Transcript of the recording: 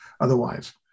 Otherwise